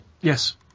Yes